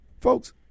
folks